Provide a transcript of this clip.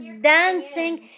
dancing